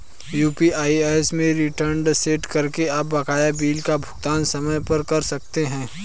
UPI app में reminder set करके आप बकाया बिल का भुगतान समय पर कर सकते हैं